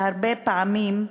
והרבה פעמים,